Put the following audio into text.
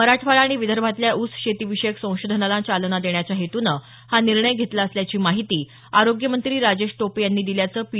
मराठवाडा आणि विदर्भातल्या ऊस शेतीविषयक संशोधनाला चालना देण्याच्या हेतून हा निर्णय घेतला असल्याची माहिती आरोग्यमंत्री राजेश टोपे यांनी दिल्याचं पी